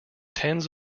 tens